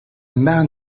man